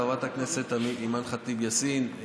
חברת הכנסת אימאן ח'טיב יאסין,